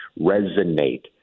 resonate